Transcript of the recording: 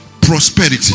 prosperity